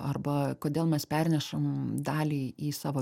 arba kodėl mes pernešam dalį į savo